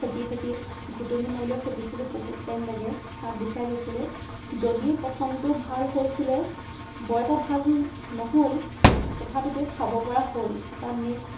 ফেটি ফেটি ঘূটনি মাৰি লৈ ফেটিছিলোঁ বহুত টাইম লাগে হাত বিষাই গৈছিলে যদিও প্ৰথমটো ভাল হৈছিলে বৰ এটা ভাল নহ'ল তথাপিতো খাব পৰা হ'ল তাৰ নেক্সট